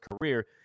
career